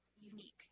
unique